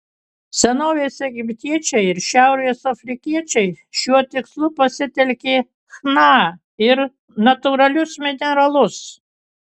senovės egiptiečiai ir šiaurės afrikiečiai šiuo tikslu pasitelkė chna ir natūralius mineralus